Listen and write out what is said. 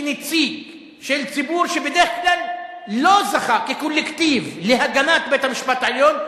כנציג של ציבור שבדרך כלל לא זכה כקולקטיב להגנת בית-המשפט העליון,